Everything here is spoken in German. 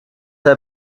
zeit